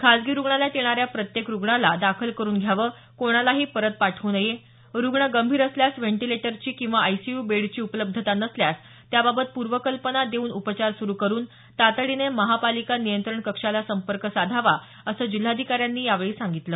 खाजगी रुग्णालयात येणाऱ्या प्रत्येक रुग्णाला दाखल करुन घ्यावं कोणालाही परत पाठवू नये रुग्ण गंभीर असल्यास वेंटिलेटरची किंवा आयसीयू बेडची उपलब्धता नसल्यास त्याबाबत पूर्वकल्पना देऊन उपचार सुरू करुन तातडीने महापालिका नियंत्रण कक्षाला संपर्क साधावा असं जिल्हाधिकाऱ्यांनी सांगितलं